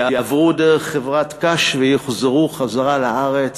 יעברו דרך חברת קש ויוחזרו חזרה לארץ